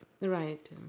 Right